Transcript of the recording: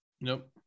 Nope